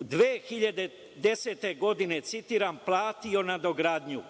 2010. godine, citiram, platio nadogradnju